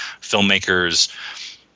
filmmakers